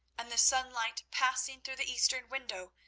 and the sunlight, passing through the eastern window,